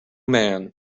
man